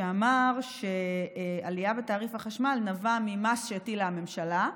שאמר שהעלייה בתעריף החשמל נבעה ממס שהטילה הממשלה.